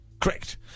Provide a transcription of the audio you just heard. Correct